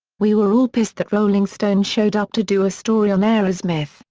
we were all pissed that rolling stone showed up to do a story on aerosmith,